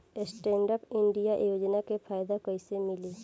Stand up India योजना के फायदा कैसे मिली?